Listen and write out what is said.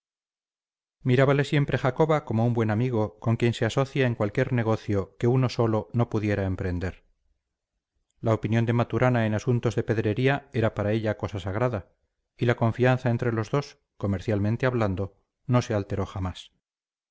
lanceros mirábale siempre jacoba como un buen amigo con quien se asociaba en cualquier negocio que uno solo no pudiera emprender la opinión de maturana en asuntos de pedrería era para ella cosa sagrada y la confianza entre los dos comercialmente hablando no se alteró jamás